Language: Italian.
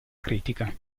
critica